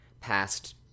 past